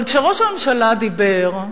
אבל כשראש הממשלה דיבר,